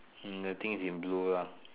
hmm the thing is in blue lah